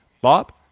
Bob